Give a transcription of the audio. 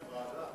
לוועדה.